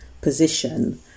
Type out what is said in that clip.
position